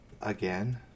again